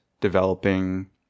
developing